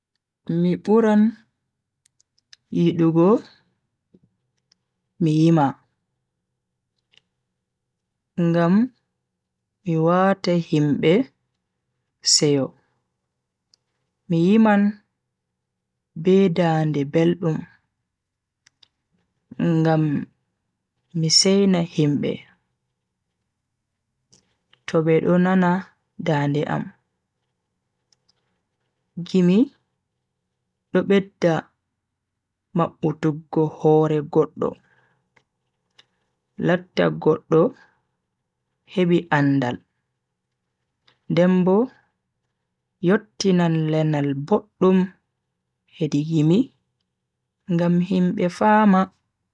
Mi buran yidugo mi yima ngam mi wata himbe seyo. mi yiman be dande beldum ngam MI seina himbe to be do nana dande am. gimi do bedda mabbutuggo hore goddo latta goddo hebi andal den bo yottinan lenal boddum hedi gimi ngam himbe fama.